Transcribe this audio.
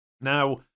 Now